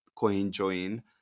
CoinJoin